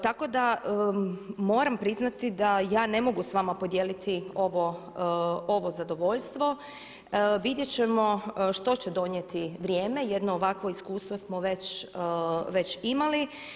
Tako da moram priznati da ja ne mogu s vama podijeliti ovo zadovoljstvo, vidjeti ćemo što će donijeti vrijeme, jedno ovakvo iskustvo smo veći imali.